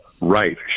right